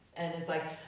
and it's like,